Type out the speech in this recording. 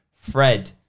Fred